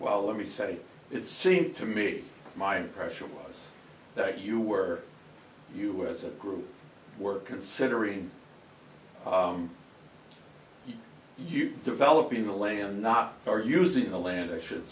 well let me say it seemed to me my impression was that you were you were as a group were considering you developing the land not for using the land i should